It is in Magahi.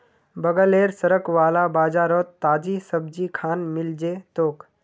बगलेर सड़क वाला बाजारोत ताजी सब्जिखान मिल जै तोक